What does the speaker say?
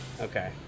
okay